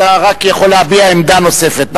אתה רק יכול להביע עמדה נוספת.